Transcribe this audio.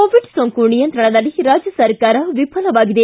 Covid ಸೋಂಕು ನಿಯಂತ್ರಣದಲ್ಲಿ ರಾಜ್ಯ ಸರ್ಕಾರ ವಿಫಲವಾಗಿದೆ